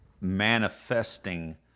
manifesting